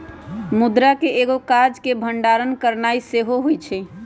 मुद्रा के एगो काज के भंडारण करनाइ सेहो होइ छइ